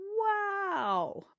Wow